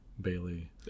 Bailey